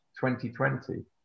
2020